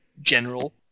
general